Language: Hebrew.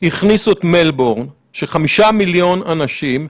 הכניסו את מלבורן של 5 מיליון אנשים,